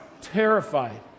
terrified